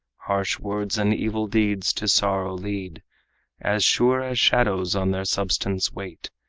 harsh words and evil deeds to sorrow lead as sure as shadows on their substance wait.